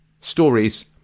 stories